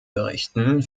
berichten